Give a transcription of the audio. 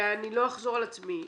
ולא אחזור על עצמי: